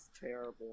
terrible